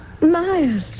Miles